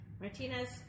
Martinez